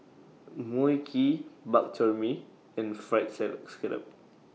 Mui Kee Bak Chor Mee and Fried Scallop